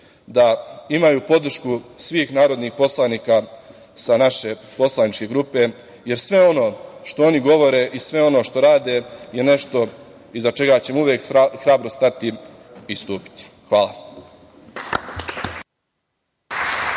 da imaju podršku svih narodnih poslanika sa naše poslaničke grupe, jer sve ono što oni govore i sve ono što rade je nešto iza čega ćemo uvek hrabro stati i istupiti. Hvala.